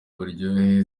uburyohe